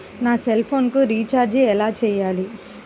నా సెల్ఫోన్కు రీచార్జ్ ఎలా చేయాలి?